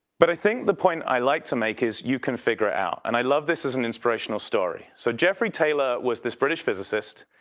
but i think the point i like to make is, you can figure out and i love this as an inspirational story. so geoffrey taylor was this british physicist,